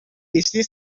busy